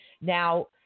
Now